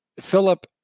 Philip